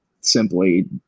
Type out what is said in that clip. simply